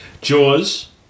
Jaws